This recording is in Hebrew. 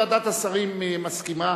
וועדת השרים מסכימה,